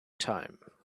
time